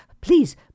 Please